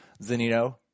Zanino